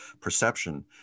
perception